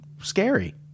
scary